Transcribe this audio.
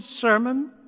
sermon